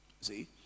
See